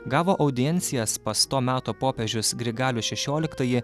gavo audiencijas pas to meto popiežius grigalius šešioliktąjį